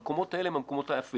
המקומות האלה הם המקומות האפלים.